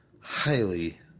highly